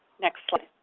next slide.